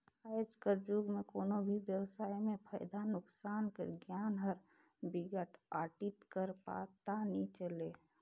आएज कर जुग में कोनो भी बेवसाय में फयदा नोसकान कर गियान हर बिगर आडिट कर पता नी चले